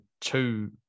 two